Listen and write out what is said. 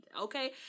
Okay